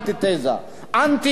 אנטי-חברתית,